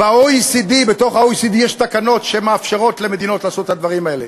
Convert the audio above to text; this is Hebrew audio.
ב-OECD יש תקנות שמאפשרות למדינות לעשות את הדברים האלה.